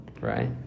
right